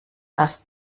das